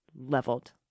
leveled